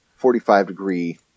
45-degree